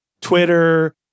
Twitter